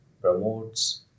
Promotes